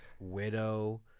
Widow